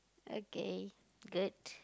okay good